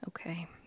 Okay